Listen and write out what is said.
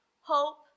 Hope